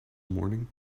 morning